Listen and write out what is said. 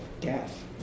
death